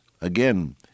again